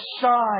shine